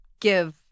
give